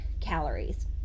calories